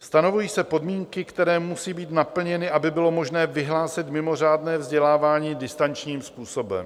Stanovují se podmínky, které musí být naplněny, aby bylo možné vyhlásit mimořádné vzdělávání distančním způsobem.